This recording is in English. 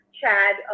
Chad